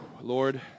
Lord